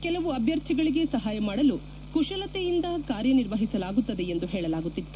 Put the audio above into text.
ಕೆಲವು ಅಭ್ಯರ್ಥಿಗಳಿಗೆ ಸಹಾಯ ಮಾಡಲು ಕುಶಲತೆಯಿಂದ ಕಾರ್ಯನಿರ್ವಹಿಸಲಾಗುತ್ತದೆ ಎಂದು ಹೇಳಲಾಗುತ್ತಿತ್ತು